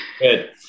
Good